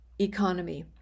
economy